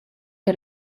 que